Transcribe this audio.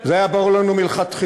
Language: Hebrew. זה היה ברור לנו מלכתחילה.